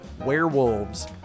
werewolves